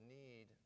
need